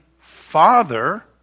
Father